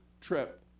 trip